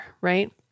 right